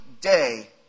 day